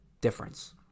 difference